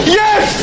yes